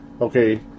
okay